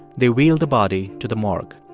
they wheeled the body to the morgue,